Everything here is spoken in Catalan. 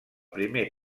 primer